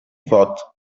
thought